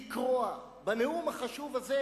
לקרוע, בנאום החשוב הזה,